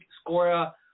score